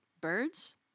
Birds